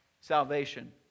salvation